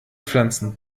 pflanzen